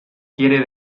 quiere